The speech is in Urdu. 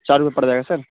چار روپئے پڑ جائے گا سر